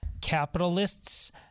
capitalists